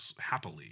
happily